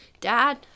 dad